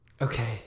Okay